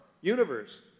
Universe